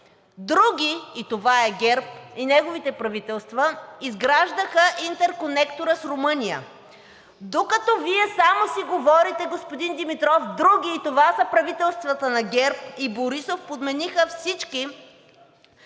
други, и това е ГЕРБ и неговите правителства, изграждаха интерконектора с Румъния. Докато Вие само си говорите, господин Димитров, други, и това са правителствата на ГЕРБ и Борисов, подмениха всички